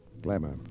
Glamour